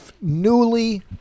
newly